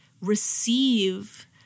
receive